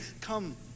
come